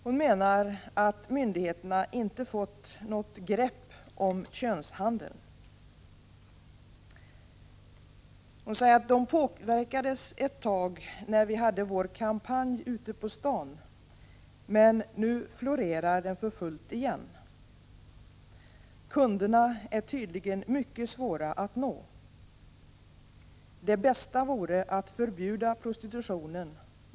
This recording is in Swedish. Hon menar att myndigheterna inte fått något grepp om den s.k. könshandeln. Hon säger vidare: Könshandeln påverkades ett tag när vi hade vår kampanj ute på stan, men nu florerar den för fullt igen. Kunderna är tydligen mycket svåra att nå. Det bästa vore att förbjuda prostitutionen.